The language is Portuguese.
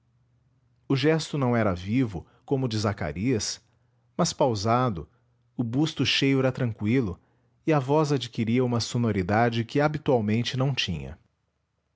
o gesto não era vivo como o de zacarias mas pausado o busto cheio era tranqüilo e a voz adquiria uma sonoridade que habitualmente não tinha